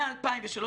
מ-2003,